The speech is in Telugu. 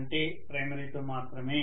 అంటే ప్రైమరీ తో మాత్రమే